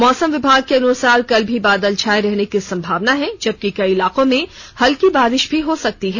मौसम विभाग के अनुसार कल भी बादल छाये रहने की संभावना है जबकि कई इलाको हल्की बारिश भी हो सकती है